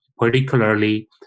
particularly